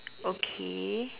okay